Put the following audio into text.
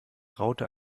raute